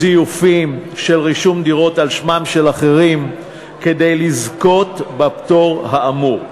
זיופים של רישום דירות על שמם של אחרים כדי לזכות בפטור האמור,